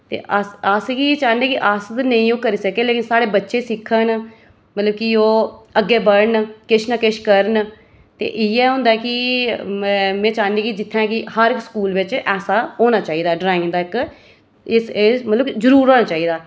ते अस गी चाह्न्ने कि अस नेईं ओह् करी सके लेकिन साढ़े बच्चे सिक्खन मतलब कि ओह् अग्गें बढ़न किश न किश करन ते इ'यै होंदा की में चाह्न्नी कि जित्थै कि हर स्कूल बिच ऐसी होना चाहिदा ड्राइंग दा इक इस ऐज मतलब कि जरूर होना चाहिदा